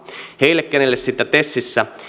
heille kenelle sitä tesissä